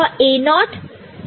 तो यह A0 1 है